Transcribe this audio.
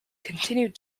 continued